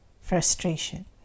frustration